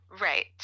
Right